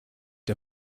der